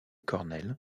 cornell